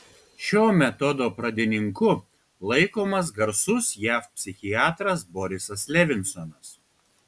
šio metodo pradininku laikomas garsus jav psichiatras borisas levinsonas